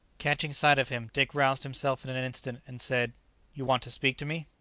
catching sight of him, dick roused himself in an instant, and said you want to speak to me?